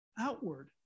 outward